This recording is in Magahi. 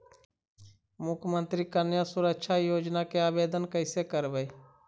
मुख्यमंत्री कन्या सुरक्षा योजना के आवेदन कैसे करबइ?